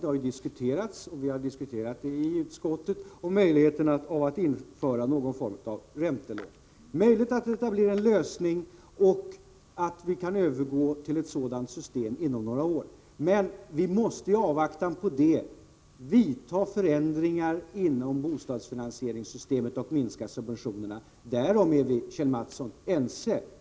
Det har förts diskussioner, även i utskottet, om möjligheterna av att införa någon form av räntelån. Det är möjligt att detta blir lösningen och att vi kan övergå till ett sådant system inom några år, men vi måste i avvaktan på detta genomföra förändringar inom bostadsfinansieringssystemet och minska subventionerna. Därom råder enighet, Kjell Mattsson.